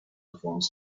performs